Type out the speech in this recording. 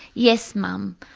yes, mum.